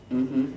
mmhmm